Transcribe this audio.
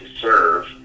serve